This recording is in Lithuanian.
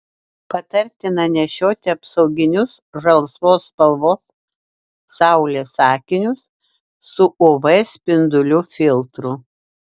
patartina nešioti apsauginius žalsvos spalvos saulės akinius su uv spindulių filtru